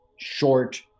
short